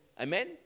Amen